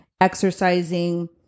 exercising